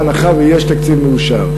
בהנחה שיש תקציב מאושר.